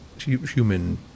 human